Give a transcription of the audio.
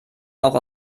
auch